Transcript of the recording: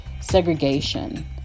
segregation